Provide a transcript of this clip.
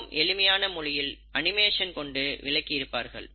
மிகவும் எளிமையான மொழியில் அனிமேஷன் கொண்டு விளக்கி இருப்பார்கள்